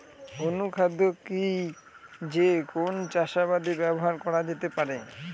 অনুখাদ্য কি যে কোন চাষাবাদে ব্যবহার করা যেতে পারে?